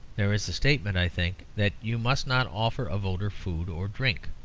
there is a statement, i think, that you must not offer a voter food or drink.